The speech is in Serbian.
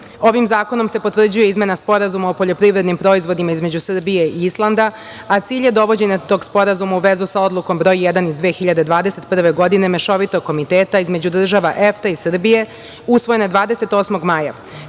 zakonom se potvrđuje Izmena Sporazuma o poljoprivrednim proizvodima između Srbije i Islanda, a cilj je dovođenje tog Sporazuma u vezu sa Odlukom Broj 1 iz 2021. godine Mešovitog komiteta između država EFTA i Srbije, usvojene 28. maja,